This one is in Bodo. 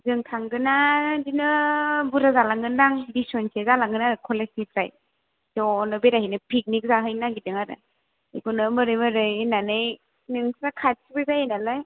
जों थांगोना बिदिनो बुरजा जालांगोन दां बिसज'नसो जालांगोन आरो कलेजनिफ्राय ज'नो बेरायहैनो पिकनिक जाहैनो नागेरदों आरो बेखौनो मोरै मोरै होननानै नोंस्रा खाथिबो जायो नालाय